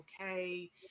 okay